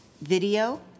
video